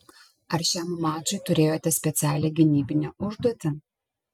ar šiam mačui turėjote specialią gynybinę užduotį